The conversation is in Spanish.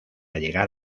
llegar